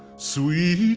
sweet